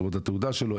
זאת אומרת התעודה שלו,